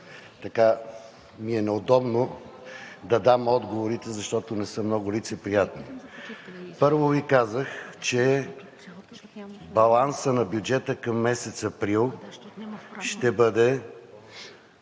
малко ми е неудобно да дам отговорите, защото не са много лицеприятни. Първо Ви казах, че балансът на бюджета към месец април ще бъде,